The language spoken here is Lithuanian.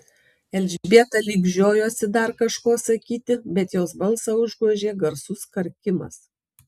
elžbieta lyg žiojosi dar kažko sakyti bet jos balsą užgožė garsus karkimas